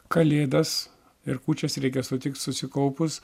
kalėdas ir kūčias reikia sutikt susikaupus